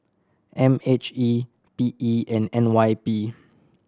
M H E P E and N Y P